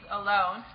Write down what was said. alone